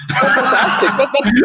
Fantastic